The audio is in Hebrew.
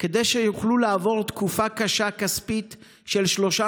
כדי שיוכלו לעבור תקופה קשה כספית של שלושה